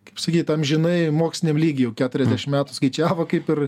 kaip sakyt amžinai moksliniam lygy jau keturiasdešim metų skaičiavo kaip ir